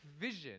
vision